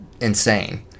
insane